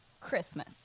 Christmas